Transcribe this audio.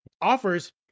offers